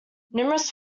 numerous